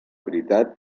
veritat